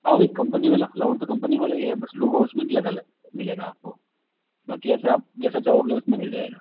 हाँ यह कंपनी वाला तो कंपनी वाला ही है बस लोगो उसमें अलग अलग मिलेगा आपको बाकि जैसा आप चाहोगे उसमें मिल जाएगा